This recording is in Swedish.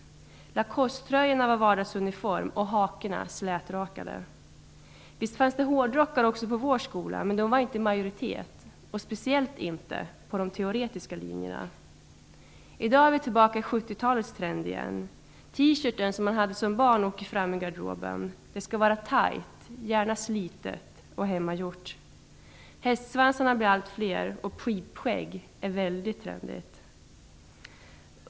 Lacostetröjorna var vardagsuniform och hakorna slätrakade. Visst fanns det hårdrockare också på vår skola, men de var inte i majoritet, speciellt inte på de teoretiska linjerna. I dag är vi tillbaka i 70-talstrenden igen. Den T-shirt som man hade som barn åker fram ur garderoben. Kläderna skall vara tajta, gärna slitna och hemmagjorda. Hästsvansarna blir allt fler, och pipskägg är väldigt trendigt.